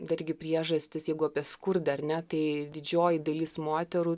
dargi priežastis jeigu apie skurdą ar ne tai didžioji dalis moterų